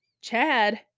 Chad